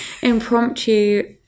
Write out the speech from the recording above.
impromptu